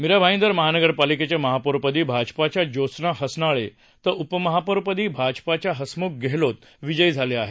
मीरा भाईदर महानगरपालिकेच्या महापौरपदी भाजपाच्या ज्योत्स्ना हसनाळे तर उपमहापौर पदी भाजपाचे हसमुख गेहलोत विजयी झाले आहेत